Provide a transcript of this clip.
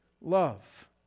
love